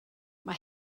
mae